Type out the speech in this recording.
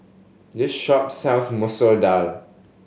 this shop sells Masoor Dal